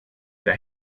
der